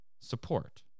Support